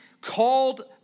called